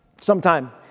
sometime